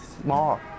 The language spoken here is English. small